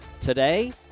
today